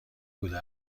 بوده